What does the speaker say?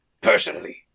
personally